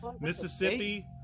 Mississippi